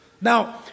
Now